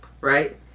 right